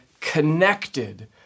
connected